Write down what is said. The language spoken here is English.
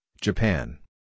Japan